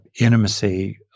intimacy